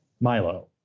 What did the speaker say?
Milo